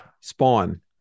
Spawn